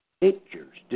Pictures